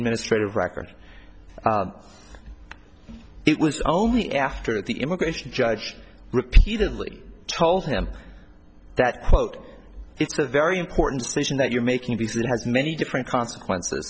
administrative record it was only after the immigration judge repeatedly told him that quote it's a very important decision that you're making because it has many different consequences